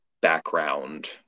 background